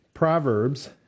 Proverbs